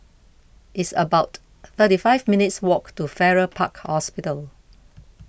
it's about thirty five minutes' walk to Farrer Park Hospital